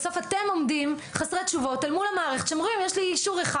בסוף אתם עומדים חסרי תשובות אל מול המערכת ואומרים יש לי אישור אחד.